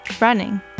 running